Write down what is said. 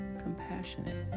compassionate